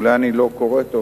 אולי אני לא קורא טוב,